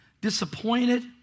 disappointed